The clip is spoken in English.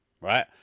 right